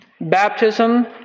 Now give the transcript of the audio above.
Baptism